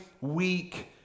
weak